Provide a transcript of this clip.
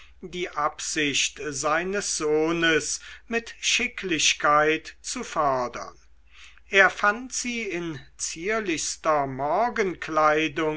die absicht seines sohnes mit schicklichkeit zu fördern er fand sie in zierlichster